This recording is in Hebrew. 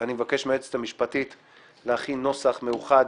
אני מבקש מהיועצת המשפטית להכין נוסח מאוחד